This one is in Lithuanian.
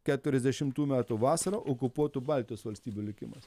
keturiasdešimtų metų vasarą okupuotų baltijos valstybių likimas